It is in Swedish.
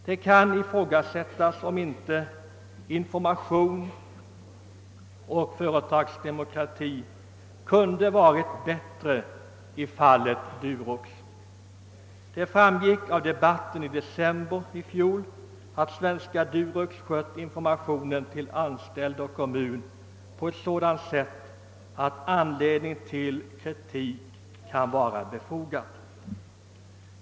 Det kan ifrågasättas, om inte informationen och företagsdemokratin kunde ha varit bättre i fallet Durox. Det framgick av debatten i december i fjol att Svenska Durox skött informationen till anställda och kommun på ett sådant sätt att kritik är befogad.